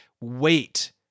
Wait